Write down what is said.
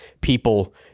people